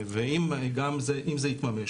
אם זה יתממש,